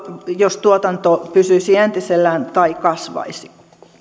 jos tuotanto pysyisi entisellään tai kasvaisi